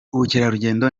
ubukerarugendo